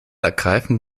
ergreifen